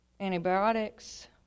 antibiotics